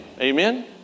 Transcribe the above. Amen